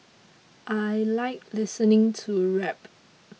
I like listening to rap